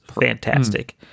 fantastic